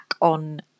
on